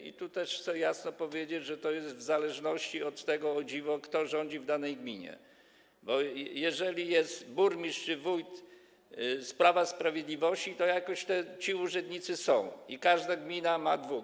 I tu też chcę jasno powiedzieć, że to jest w zależności od tego, o dziwo, kto rządzi w danej gminie, bo jeżeli jest burmistrz i wójt z Prawa i Sprawiedliwości, to jest jakoś tak, że ci urzędnicy są i że każda gmina ma dwóch.